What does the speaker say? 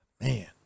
man